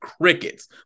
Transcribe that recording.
crickets